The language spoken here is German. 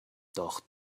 doch